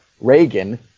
Reagan –